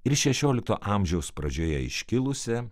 ir šešiolikto amžiaus pradžioje iškilusią